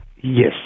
Yes